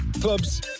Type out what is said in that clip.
clubs